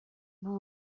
бул